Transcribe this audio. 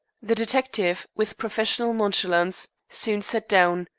the detective, with professional nonchalance, soon sat down.